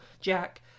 Jack